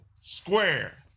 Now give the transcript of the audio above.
square